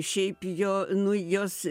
šiaip jo nu jos